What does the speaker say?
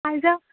আইজা